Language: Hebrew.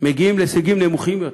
מגיעים להישגים נמוכים יותר.